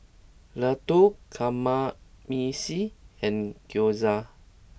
Ladoo Kamameshi and Gyoza